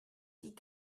die